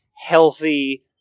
healthy